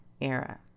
Era